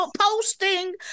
posting